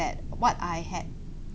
that what I had